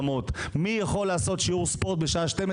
מי יכול לקיים שיעור ספורט בשעה 12